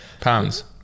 Pounds